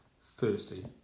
Firstly